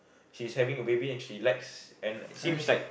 she's having a baby and she likes and seems like